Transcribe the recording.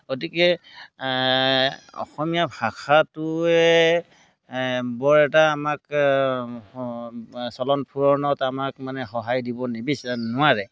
গতিকে অসমীয়া ভাষাটোৱে বৰ এটা আমাক চলন ফুৰণত আমাক মানে সহায় দিব নিবিচাৰে নোৱাৰে